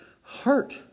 heart